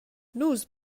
nus